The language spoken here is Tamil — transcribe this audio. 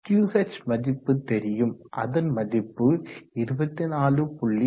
QH மதிப்பு தெரியும் அதன் மதிப்பு 24